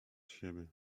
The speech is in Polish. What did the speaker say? siebie